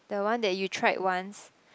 the one that you tried once